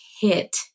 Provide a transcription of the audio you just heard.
hit